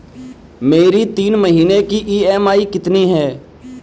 मेरी तीन महीने की ईएमआई कितनी है?